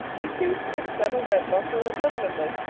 you see i'm settled at lock willow permanently.